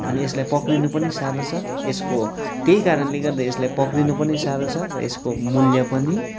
अनि यसलाई पक्रिनु पनि साह्रो छ यसको त्यही कारणले गर्दा यसलाई पक्रिनु पनि साह्रो छ र यसको मूल्य पनि